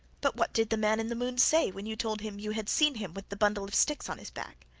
but what did the man in the moon say, when you told him you had seen him with the bundle of sticks on his back?